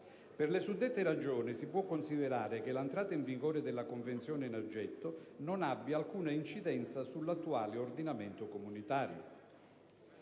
Per le suddette ragioni si può considerare che l'entrata in vigore della Convenzione in oggetto non abbia alcuna incidenza sull'attuale ordinamento comunitario.